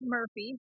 Murphy